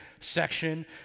section